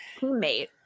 teammate